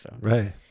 Right